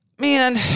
man